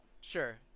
sure